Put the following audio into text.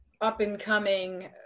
up-and-coming